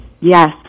Yes